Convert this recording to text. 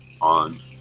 on